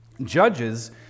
Judges